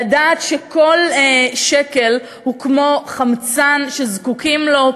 לדעת שכל שקל הוא כמו חמצן שזקוקים לו,